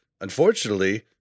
unfortunately